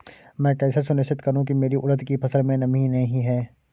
मैं कैसे सुनिश्चित करूँ की मेरी उड़द की फसल में नमी नहीं है?